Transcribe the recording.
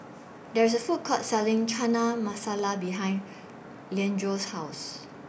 There IS A Food Court Selling Chana Masala behind Leandro's House